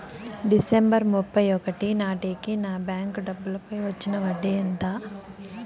December ముప్పై ఒకటి నాటేకి నా బ్యాంకు డబ్బుల పై వచ్చిన వడ్డీ ఎంత?